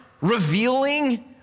revealing